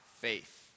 faith